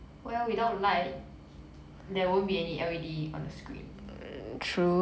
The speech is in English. well without light there won't be any L_E_D on the screen